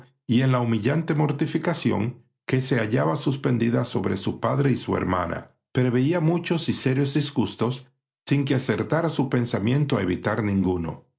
y en la humillante mortificación que se hallaba suspendida sobre su padre y su hermana preveía muchas y serios disgustos sin que acertara su pensamiento a evitar ninguno